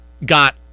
got